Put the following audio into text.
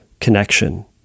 connection